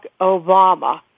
Obama